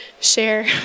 share